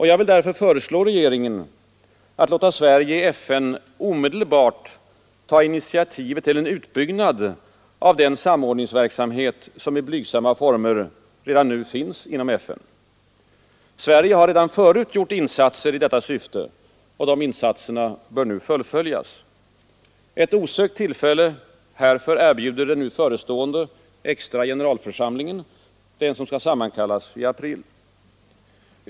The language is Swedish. Jag vill därför föreslå regeringen att låta Sverige i FN omedelbart ta initiativet till en utbyggnad av den samordningsverksamhet som i blygsamma former nu finns inom FN. Sverige har redan förut gjort insatser i detta syfte, och dessa bör nu fullföljas. Ett osökt tillfälle härför erbjuder den förestående extra generalförsamling som skall sammanträda i april.